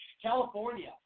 California